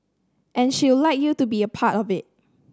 and she'll like you to be a part of it